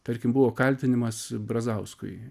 tarkim buvo kaltinimas brazauskui